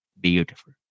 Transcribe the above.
beautiful